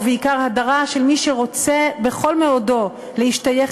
ובעיקר הדרה של מי שרוצה בכל מאודו להשתייך